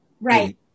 Right